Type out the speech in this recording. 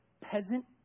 peasant